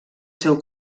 seu